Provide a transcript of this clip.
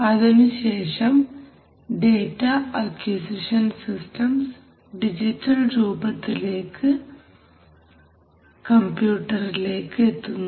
അതിനുശേഷം data acquisition systems digital രൂപത്തിൽ കമ്പ്യൂട്ടറിലേക്ക് എത്തുന്നു